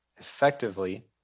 effectively